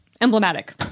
emblematic